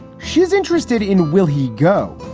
she's interested in will he go?